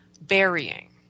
burying